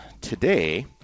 today